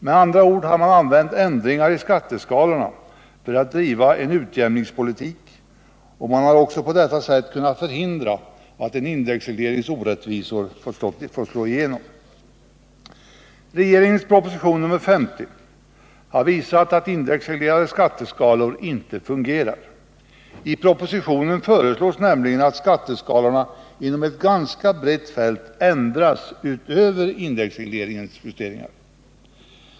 Med andra ord har man använt ändringar i skatteskalorna för Nr 54 att driva en utjämningspolitk, och man har också på detta sätt kunnat Torsdagen den förhindra att en indexreglerings orättvisor fått slå igenom. 14 december 1978 Regeringens proposition nr 50 har visat att indexreglerade skatteskalor inte fungerar. I propositionen föreslås nämligen att skatteskalorna inom ett ganska brett fält ändras utöver indexregleringens justeringar.